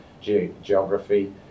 geography